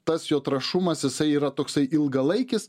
tas jo trąšumas jisai yra toksai ilgalaikis